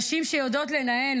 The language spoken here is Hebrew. נשים שיודעות לנהל,